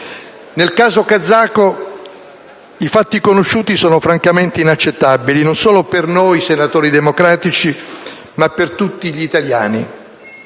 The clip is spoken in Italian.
Nel caso kazako i fatti conosciuti sono francamente inaccettabili, non solo per noi senatori democratici, ma per tutti gli italiani,